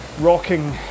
rocking